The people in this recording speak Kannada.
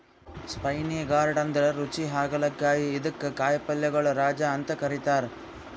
ಸ್ಪೈನಿ ಗಾರ್ಡ್ ಅಂದ್ರ ರುಚಿ ಹಾಗಲಕಾಯಿ ಇದಕ್ಕ್ ಕಾಯಿಪಲ್ಯಗೊಳ್ ರಾಜ ಅಂತ್ ಕರಿತಾರ್